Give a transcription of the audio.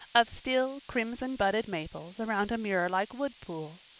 of still, crimson-budded maples around a mirrorlike wood pool,